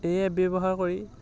এই এপ ব্যৱহাৰ কৰি